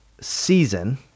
season